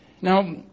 Now